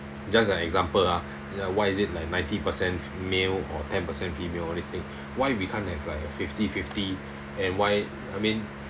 just an example ah ya why is it like ninety percent male or ten percent female all these thing why we can't have like fifty fifty and why I mean